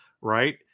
right